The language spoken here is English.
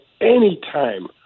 anytime